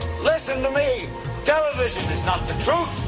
listen to me television is not the truth.